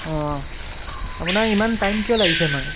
অঁ আপোনাক ইমান টাইম কিয় লাগিছে ইমান